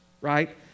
right